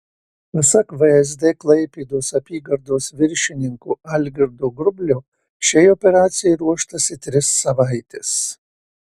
pasak vsd klaipėdos apygardos viršininko algirdo grublio šiai operacijai ruoštasi tris savaites